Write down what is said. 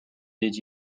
did